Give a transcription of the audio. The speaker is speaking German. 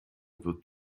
wird